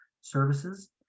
services